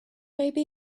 maybe